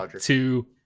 two